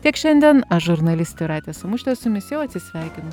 tiek šiandien aš žurnalistė jūratė samušytė su jumis jau atsisveikinu